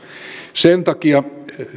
sen takia